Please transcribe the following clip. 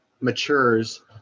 matures